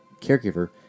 caregiver